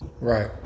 Right